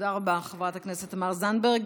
תודה רבה, חברת הכנסת תמר זנדברג.